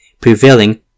prevailing